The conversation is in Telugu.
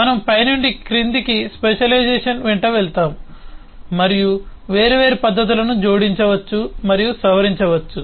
మనము పై నుండి క్రిందికి స్పెషలైజేషన్ వెంట వెళ్తాము మనము వేర్వేరు పద్ధతులను జోడించవచ్చు మరియు సవరించవచ్చు